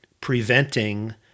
preventing